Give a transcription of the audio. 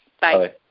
Bye